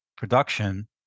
Production